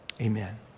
Amen